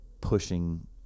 pushing